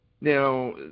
Now